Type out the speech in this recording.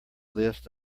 list